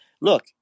Look